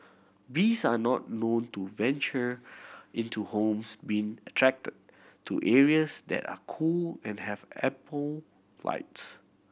bees are not known to venture into homes being attracted to areas that are cool and have ample lights